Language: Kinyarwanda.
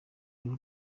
uruhu